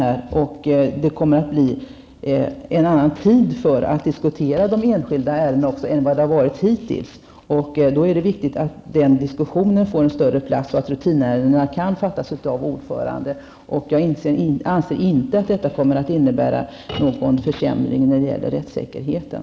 Tidsutrymmet för diskussioner i enskilda ärenden kommer att bli ett annat jämfört med hur det har varit hittills. Således är det viktigt att den diskussionen får ett större utrymme och att rutinärenden kan avgöras av ordföranden. Jag anser inte att detta kommer att innebära någon försämring när det gäller rättssäkerheten.